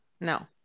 No